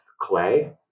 clay